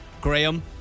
graham